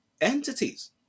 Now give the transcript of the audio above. entities